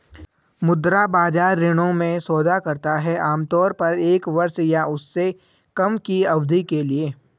मुद्रा बाजार ऋणों में सौदा करता है आमतौर पर एक वर्ष या उससे कम की अवधि के लिए